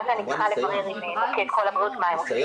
אז אני צריכה לברר עם מוקד "קול הבריאות" מה הם עושים.